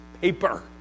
paper